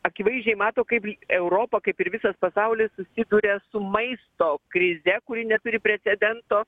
akivaizdžiai mato kaip europa kaip ir visas pasaulis susiduria su maisto krize kuri neturi precedento